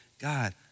God